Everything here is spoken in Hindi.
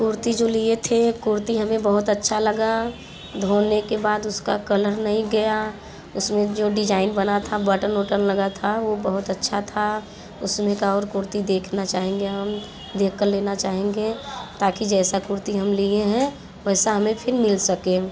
कुर्ती जो लिए थे कुर्ती हमें बहुत अच्छा लगा धोने के बाद उसका कलर नहीं गया उसमें जो डिजाइन बना था बटन वटन लगा था वो बहुत अच्छा था उसमें का और कुर्ती देखना चाहेंगे हम देख कर लेना चाहेंगे ताकि जैसी कुर्ती हम लिए हैं वैसी हमें फिर मिल सके